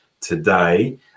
today